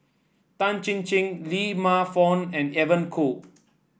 Tan Chin Chin Lee Man Fong and Evon Kow